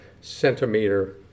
centimeter